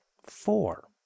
four